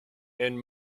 and